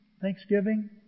Thanksgiving